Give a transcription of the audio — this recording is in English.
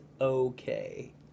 okay